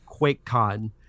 QuakeCon